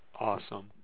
Awesome